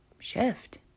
shift